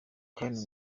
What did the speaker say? kandi